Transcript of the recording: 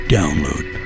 Download